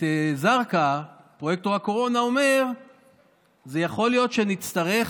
זרקא, פרויקטור הקורונה, אומר שיכול להיות שנצטרך